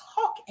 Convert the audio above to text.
talk